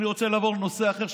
אני רוצה לעבור לנושא אחר,